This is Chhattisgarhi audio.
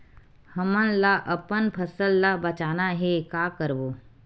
हमन ला अपन फसल ला बचाना हे का करबो?